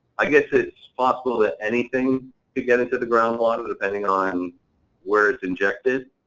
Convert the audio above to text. i guess it's possible that anything could get into the groundwater, depending on where it's injected.